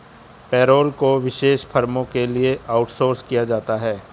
payroll को विशेष फर्मों के लिए आउटसोर्स किया जाता है